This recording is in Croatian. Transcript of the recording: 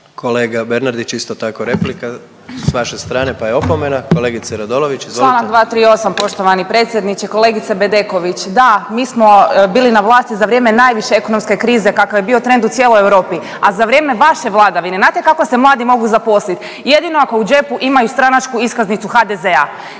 Kolega Bernardić isto tako replika s vaše strane pa je opomena. Kolegice Radolović, izvolite. **Radolović, Sanja (SDP)** Članak 238. poštovani predsjedniče. Kolegice Bedeković da, mi smo bili vlasti za vrijeme najviše ekonomske krize kakav je bio trend u cijeloj Europi, a za vrijeme vaše vladavine znate kako se mladi mogu zaposliti jedino ako u džepu imaju stranačku iskaznicu HDZ-a.